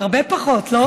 הרבה פחות, לא?